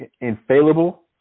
infallible